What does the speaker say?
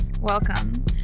Welcome